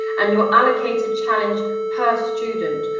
and you'll allocate a challenge per student,